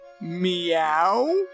meow